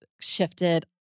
shifted